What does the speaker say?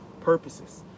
purposes